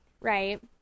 Right